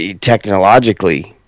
technologically